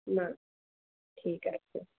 না ঠিক আছে